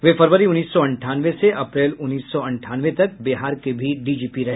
वे फरवरी उन्नीस सौ अंठानवे से अप्रैल उन्नीस सौ अंठानवे तक बिहार के भी डीजीपी रहे